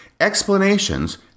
Explanations